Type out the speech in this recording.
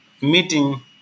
meeting